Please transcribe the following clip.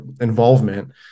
involvement